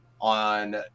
on